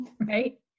right